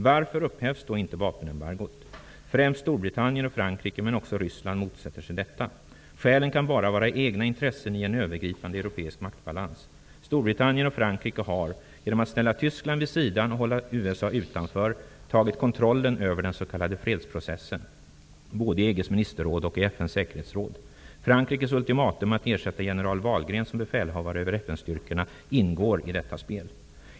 Varför upphävs då inte vapenembargot? Främst Storbritannien och Frankrike, men också Ryssland, motsätter sig detta. Skälen kan bara vara egna intressen i en övergripande europeisk maktbalans. Storbritannien och Frankrike har, genom att ställa Tyskland vid sidan och hålla USA utanför, tagit kontrollen över den s.k. fredsprocessen både i EG:s ministerråd och i FN:s säkerhetsråd. Frankrikes ultimatum att ersätta general Wahlgren som befälhavare över FN-styrkorna ingår i detta spel.